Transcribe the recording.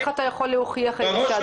איך אתה יכול להוכיח את טענותיך?